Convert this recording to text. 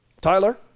Tyler